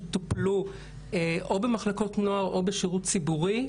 שטופלו או במחלקות נוער או בשירות ציבורי,